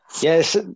Yes